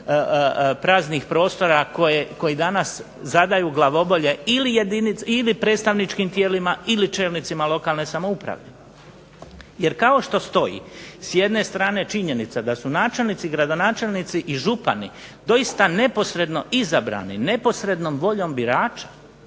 praznih prostora koji danas zadaju glavobolje ili predstavničkim tijelima ili čelnicima lokalne samouprave. Jer kao što stoji s jedne strane činjenica da su načelnici, gradonačelnici i župani doista neposredno izabrani neposrednom voljom birača